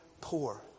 poor